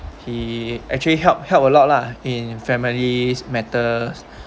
he actually help help a lot lah in families matters